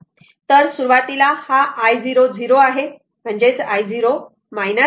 तर सुरुवातीला हा i0 0 आहे हा i0 i0 आहे बरोबर